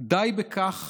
די בכך